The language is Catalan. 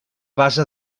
base